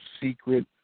secret